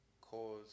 cause